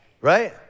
Right